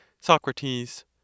Socrates